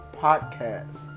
Podcast